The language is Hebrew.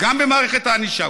גם במערכת הענישה,